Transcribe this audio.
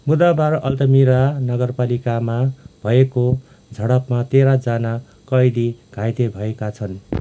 बुधवार अल्तामिरा नगरपालिकामा भएको झडपमा तेह्र जना कैदी घाइते भएका छन्